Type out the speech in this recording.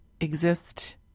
exist